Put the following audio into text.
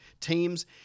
teams